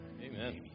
Amen